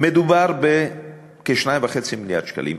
מדובר בכ-2.5 מיליארד שקלים.